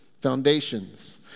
foundations